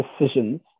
decisions